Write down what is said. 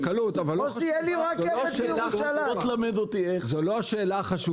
בקלות, אבל זו לא השאלה החשובה.